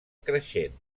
creixent